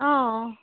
অঁ